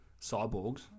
cyborgs